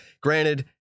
granted